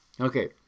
Okay